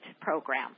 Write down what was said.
program